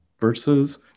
versus